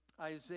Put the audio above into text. Isaiah